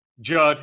Judd